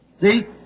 See